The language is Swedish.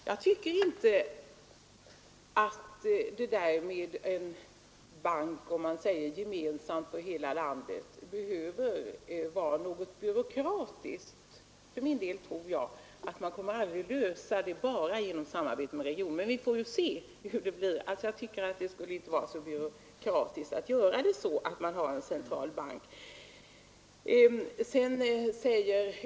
Herr talman! Låt mig bara tillägga några ord. Jag tycker inte att en gemensam s.k. ”bank” för hela landet behöver vara något byråkratiskt. Jag tror, att man aldrig kommer att kunna lösa problemen bara genom samarbete inom regionerna.